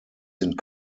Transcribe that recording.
sind